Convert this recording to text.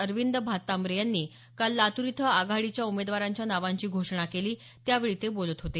अरविंद भातांब्रे यांनी काल लातूर इथं आघाडीच्या उमेदवारांच्या नावांची घोषणा केली त्यावेळी ते बोलत होते